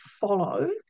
follow